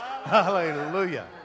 Hallelujah